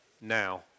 now